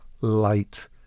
Light